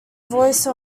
voice